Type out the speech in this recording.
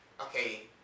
okay